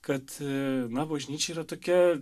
kad na bažnyčia yra tokia